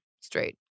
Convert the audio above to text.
straight